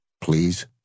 please